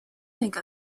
make